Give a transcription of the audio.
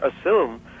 assume